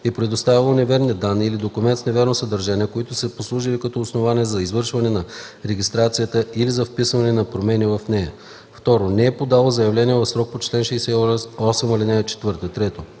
е представило неверни данни или документи с невярно съдържание, които са послужили като основание за извършване на регистрацията или за вписване на промени в нея; 2. не е подало заявление в срока по чл. 68, ал. 4; 3.